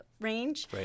range